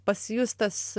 pasijus tas